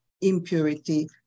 impurity